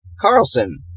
Carlson